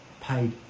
paid